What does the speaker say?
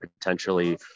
potentially